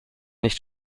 nicht